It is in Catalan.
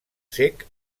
cec